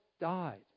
died